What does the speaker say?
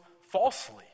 falsely